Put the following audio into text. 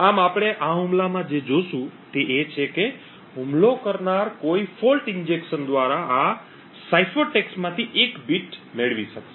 આમ આપણે આ હુમલામાં જે જોશું તે એ છે કે હુમલો કરનાર કોઈ દોષ ઇન્જેક્શન દ્વારા આ સાયફર ટેક્સ્ટમાંથી એક બીટ મેળવી શકશે